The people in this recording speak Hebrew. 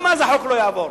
גם אז החוק לא יעבור.